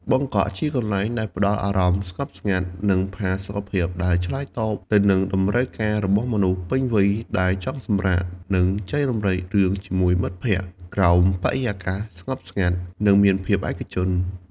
បឹកកក់ ជាកន្លែងដែលផ្តល់អារម្មណ៍ស្ងប់ស្ងាត់ និងផាសុខភាព ដែលឆ្លើយតបទៅនឹងតម្រូវការរបស់មនុស្សពេញវ័យដែលចង់សម្រាក និងចែករំលែករឿងជាមួយមិត្តភក្តិ ក្រោមបរិយាកាសស្ងប់ស្ងាត់ និងមានភាពឯកជន។